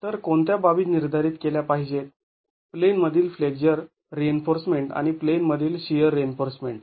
तर कोणत्या बाबी निर्धारित केल्या पाहिजेत प्लेन मधील फ्लेक्झर रिइन्फोर्समेंट आणि प्लेन मधील शिअर रिइन्फोर्समेंट